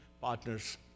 partners